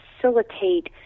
facilitate